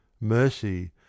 mercy